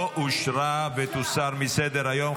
לא אושרה, ותוסר מסדר-היום.